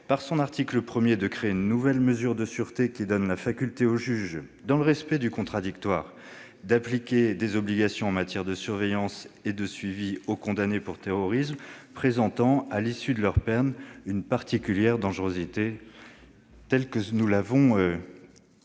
À l'article 1 est créée une nouvelle mesure de sûreté, qui donne la faculté au juge, dans le respect du contradictoire, d'imposer des obligations en matière de surveillance et de suivi aux condamnés pour terrorisme présentant, à l'issue de leur peine, une particulière dangerosité. Ce texte renforce utilement,